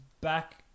back